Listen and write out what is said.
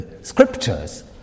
scriptures